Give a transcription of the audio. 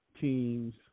teams